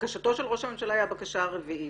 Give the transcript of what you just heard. בקשתו של ראש הממשלה היא הבקשה הרביעית,